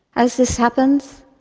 as this happens,